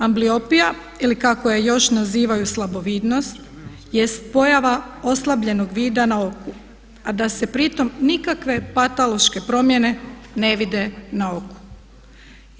Ambliopija ili kako je još nazivaju slabovidnost jest pojava oslabljenog vida na oku a da se pri tome nikakve patološke promjene ne vide na oku.